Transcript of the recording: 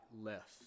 left